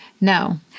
No